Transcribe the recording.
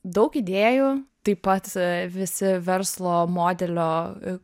daug idėjų taip pat visi verslo modelio